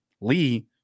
Lee